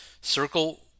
Circle